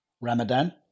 Ramadan